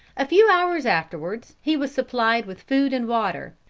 a few hours afterwards he was supplied with food and water,